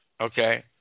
okay